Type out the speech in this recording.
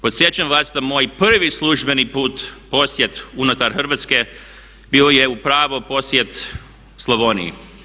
Podsjećam vas da moj prvi službeni put, posjet unutar Hrvatske bio je upravo posjet Slavoniji.